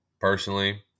personally